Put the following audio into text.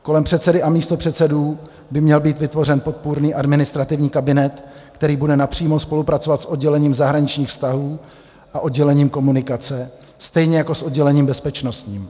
Kolem předsedy a místopředsedů by měl být vytvořen podpůrný administrativní kabinet, který bude napřímo spolupracovat s oddělením zahraničních vztahů a oddělením komunikace, stejně jako s oddělením bezpečnostním.